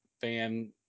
fan